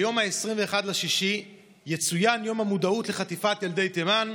ביום 21 ביוני יצוין יום המודעות לחטיפת ילדי תימן,